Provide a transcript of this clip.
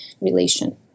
relation